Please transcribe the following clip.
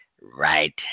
right